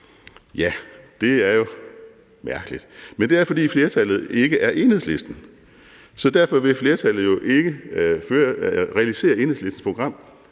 Ja, det er jo mærkeligt, men det er, fordi flertallet ikke er Enhedslisten, så derfor vil flertallet jo ikke realisere Enhedslistens program.